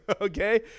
okay